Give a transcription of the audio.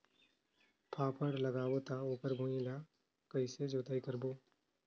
फाफण लगाबो ता ओकर भुईं ला कइसे जोताई करबो?